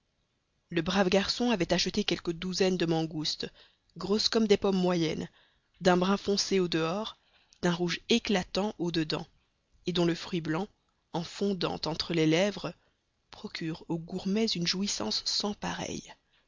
le brave garçon avait acheté quelques douzaines de mangoustes grosses comme des pommes moyennes d'un brun foncé au-dehors d'un rouge éclatant au-dedans et dont le fruit blanc en fondant entre les lèvres procure aux vrais gourmets une jouissance sans pareille